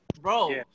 Bro